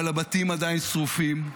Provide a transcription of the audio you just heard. אבל הבתים עדיין שרופים.